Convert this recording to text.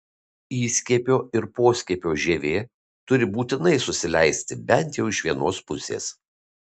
įskiepio ir poskiepio žievė turi būtinai susileisti bent jau iš vienos pusės